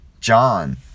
John